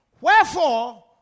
Wherefore